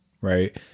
right